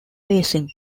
basin